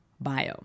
bio